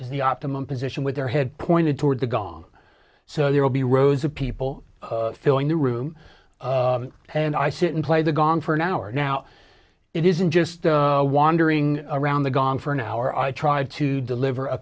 the optimum position with their head pointed toward the gong so there will be rows of people filling the room and i sit and play the gong for an hour now it isn't just wandering around the gong for an hour i tried to deliver a